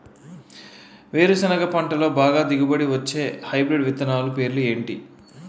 వేరుసెనగ పంటలో బాగా దిగుబడి వచ్చే హైబ్రిడ్ విత్తనాలు పేర్లు ఏంటి?